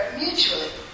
mutually